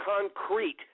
concrete